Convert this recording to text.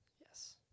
Yes